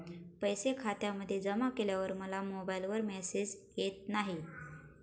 पैसे खात्यामध्ये जमा केल्यावर मला मोबाइलवर मेसेज येत नाही?